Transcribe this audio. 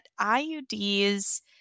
IUDs